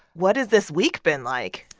what has this week been like?